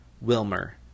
Wilmer